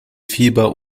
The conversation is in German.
fieber